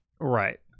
Right